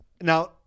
now